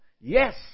Yes